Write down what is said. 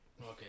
Okay